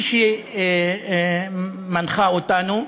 היא שמנחה אותנו.